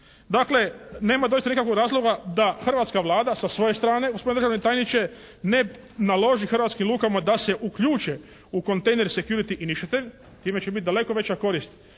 Dakle, nema doista nikakvog razloga da hrvatska Vlada sa svoje strane, gospodine državni tajniče, ne naloži hrvatskim lukama da se uključe u kontejner "security iniciative", time će biti daleko veća korist